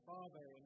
Father